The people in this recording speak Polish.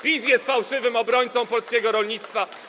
PiS jest fałszywym obrońcą polskiego rolnictwa.